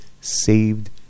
saved